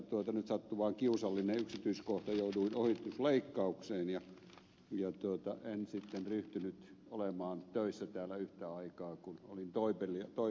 nyt sattui vain kiusallinen yksityiskohta jouduin ohitusleikkaukseen ja en sitten ryhtynyt olemaan töissä täällä yhtä aikaa kun olin toipilaana